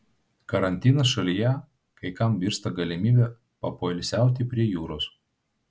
karantinas šalyje kai kam virsta galimybe papoilsiauti prie jūros